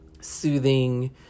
Soothing